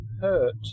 hurt